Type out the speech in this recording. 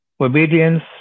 obedience